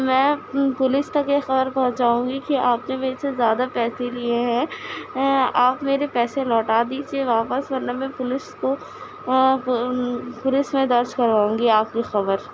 میں پولیس تک یہ خبر پہنچاؤں گی کہ آپ نے میرے سے زیادہ پیسے لیے ہیں آپ میرے پیسے لوٹا دیجیے واپس ورنہ میں پولیس کو پولیس میں درج کرواؤں گی آپ کی خبر